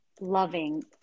loving